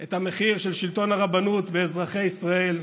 את המחיר של שלטון הרבנות באזרחי ישראל,